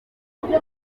imbere